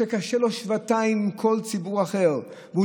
שקשה לו שבעתיים מכל ציבור אחר והוא